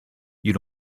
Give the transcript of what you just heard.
you